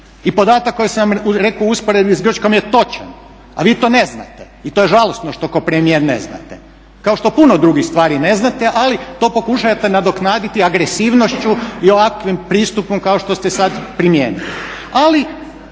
i podatak koji sam rekao u usporedbi s Grčkom je točan, a vi to ne znate i to je žalosno što ko premijer ne znat, kao što puno drugih stvari ne znate ali to pokušavate nadoknaditi agresivnošću i ovakvim pristupom kao što ste sad primijenili.